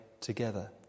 together